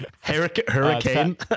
Hurricane